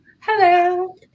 Hello